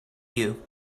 you